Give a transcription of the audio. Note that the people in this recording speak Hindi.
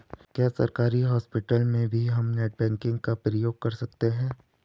क्या सरकारी हॉस्पिटल में भी हम नेट बैंकिंग का प्रयोग कर सकते हैं?